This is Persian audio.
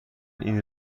این